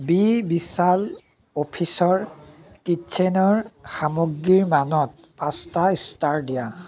B Vishal officer কীটচেনৰ সামগ্ৰীৰ মানত পাঁচটা ষ্টাৰ দিয়া